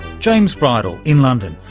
james bridle in london,